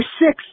six